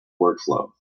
workflow